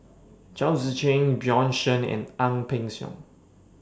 Chao Tzee Cheng Bjorn Shen and Ang Peng Siong